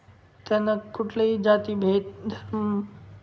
त्यांना कुठलेही जाती भेद धर्म